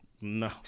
No